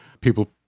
People